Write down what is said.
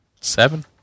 Seven